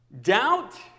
Doubt